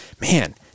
man